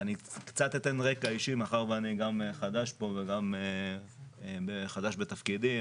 אני אתן רקע אישי, מאחר שאני חדש פה וחדש בתפקידי.